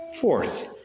Fourth